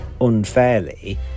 unfairly